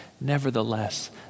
Nevertheless